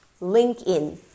LinkedIn